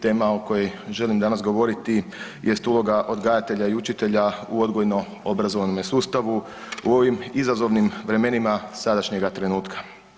Tema o kojoj želim danas govoriti jest uloga odgajatelja i učitelja u odgojno obrazovnom sustavu u ovim izazovnim vremenima sadašnjega trenutka.